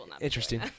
interesting